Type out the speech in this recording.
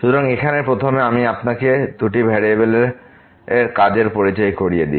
সুতরাং এখানে প্রথমে আমি আপনাকে দুটি ভেরিয়েবলের কাজগুলি পরিচয় করিয়ে দিই